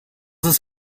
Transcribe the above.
ist